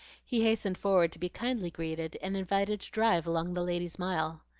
he hastened forward to be kindly greeted and invited to drive along the ladies' mile.